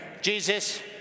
Jesus